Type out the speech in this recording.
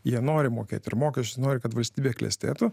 jie nori mokėti mokesčius nori kad valstybė klestėtų